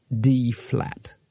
D-flat